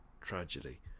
tragedy